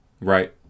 Right